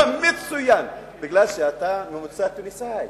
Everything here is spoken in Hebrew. אתה מצוין, כי אתה ממוצא תוניסאי.